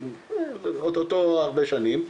אוטוטו הרבה שנים,